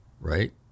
right